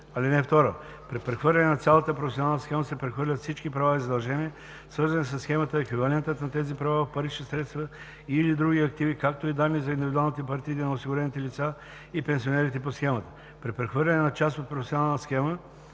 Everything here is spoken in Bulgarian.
от нея. (2) При прехвърляне на цялата професионална схема се прехвърлят всички права и задължения, свързани със схемата, еквивалентът на тези права в парични средства и/или други активи, както и данни за индивидуалните партиди на осигурените лица и пенсионерите по схемата. При прехвърляне на част от професионална схема